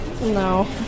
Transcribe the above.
No